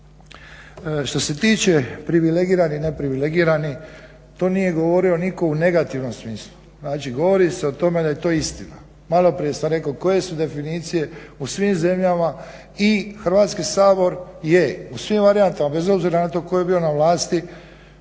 Što se tiče privilegiranih, ne privilegirani to nije govorio nitko u negativnom smislu, znači govori se o tome da je to istina. Malo prije sam rekao koje su definicije u svim zemljama i Hrvatski sabor je u svim varijantama bez obzira na to tko je bio na vlasti